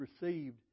received